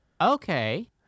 Okay